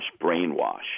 brainwash